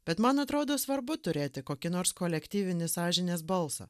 bet man atrodo svarbu turėti kokį nors kolektyvinį sąžinės balsą